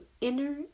inner